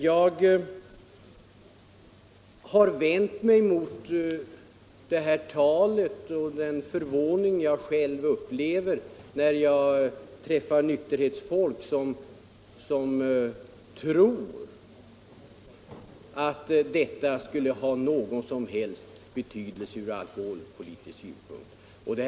Jag har vänt mig mot dessa påståenden. Jag upplever själv förvåning när jag träffar nykterhetsfolk som tror att statens köp av Pripps skulle ha någon som helst alkoholpolitisk betydelse.